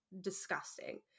disgusting